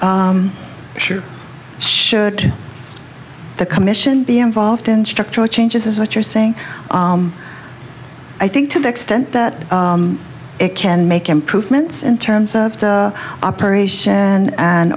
share should the commission be involved in structural changes is what you're saying i think to the extent that it can make improvements in terms of the operation and